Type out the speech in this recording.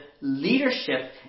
leadership